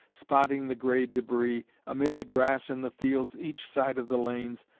spotting the gray debris, amid the grass in the fields each side of the lanes,